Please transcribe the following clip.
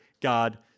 God